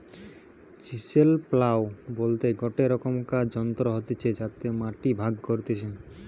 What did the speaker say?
chisel plough বলতে গটে রকমকার যন্ত্র হতিছে যাতে মাটি ভাগ করতিছে